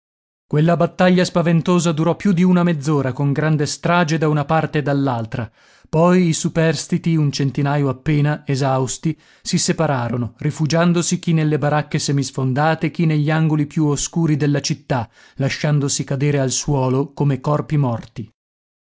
quella battaglia spaventosa durò più di una mezz'ora con grande strage da una parte e dall'altra poi i superstiti un centinaio appena esausti si separarono rifugiandosi chi nelle baracche semisfondate chi negli angoli più oscuri della città lasciandosi cadere al suolo come corpi morti